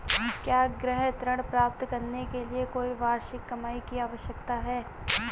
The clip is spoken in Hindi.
क्या गृह ऋण प्राप्त करने के लिए कोई वार्षिक कमाई की आवश्यकता है?